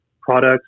products